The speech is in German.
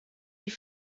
die